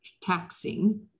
taxing